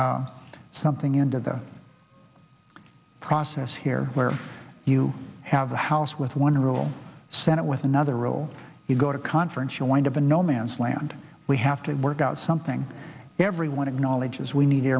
something into the process here where you have the house with one rule senate with another rule you go to conference you wind up in no man's land we have to work out something everyone acknowledges we need